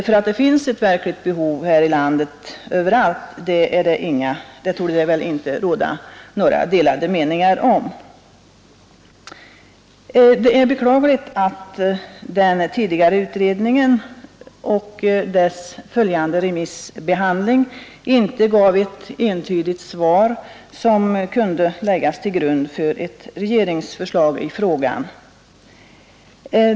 Det torde inte råda några delade meningar om att det finns ett verkligt behov överallt här i landet. Det är beklagligt att den tidigare utredningen och dess följande remissbehandling inte gav ett entydigt svar, som kunde läggas till grund för ett regeringsförslag i frågan.